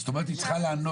זאת אומרת היא צריכה לענות,